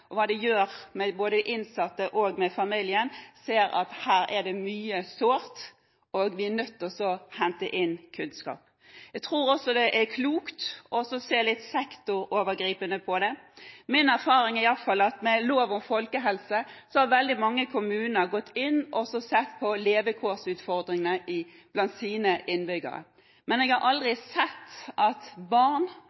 og hva det gjør både med innsatte og med familien, ser at her er det mye sårt, og at vi er nødt til å hente inn kunnskap. Jeg tror også det er klokt å se litt sektorovergripende på det. Min erfaring er iallfall at med lov om folkehelse har veldig mange kommuner sett på levekårsutfordringene blant sine innbyggere, men jeg har aldri